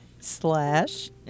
Slash